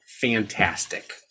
fantastic